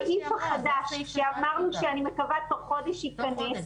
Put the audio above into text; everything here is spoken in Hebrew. בסעיף החדש שאמרנו שאני מקווה תוך חודש ייכנס -- תוך חודש,